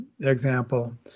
example